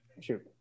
Sure